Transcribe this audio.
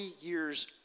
years